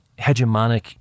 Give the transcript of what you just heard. hegemonic